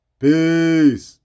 peace